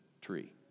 tree